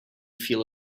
feel